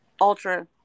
ultra